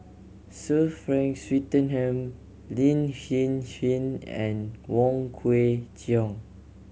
Sir Frank Swettenham Lin Hsin Hsin and Wong Kwei Cheong